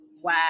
wow